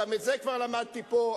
גם את זה כבר למדתי פה,